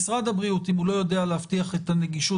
אם משרד הבריאות לא יודע להבטיח את הנגישות